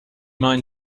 mind